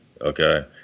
Okay